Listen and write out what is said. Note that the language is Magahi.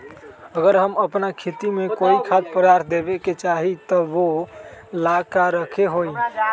अगर हम अपना खेती में कोइ खाद्य पदार्थ देबे के चाही त वो ला का करे के होई?